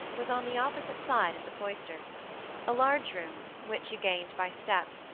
was on the opposite side of the cloisters a large room, which you gained by steps,